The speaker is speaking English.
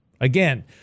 Again